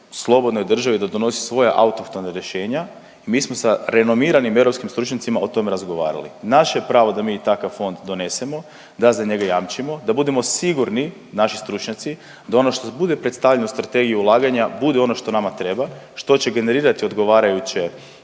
slobodnoj državi da donosi svoje autohtona rješenja i mi smo sa renomiranim europskim stručnjacima o tome razgovarali. Naše je pravo da mi takav fond donesemo, da za njega jamčimo, da budemo sigurni, naši stručnjaci, da ono što bude u predstavljeno strategiji ulaganja bude ono što nama treba, što će generirati odgovarajuće